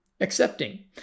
accepting